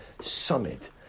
Summit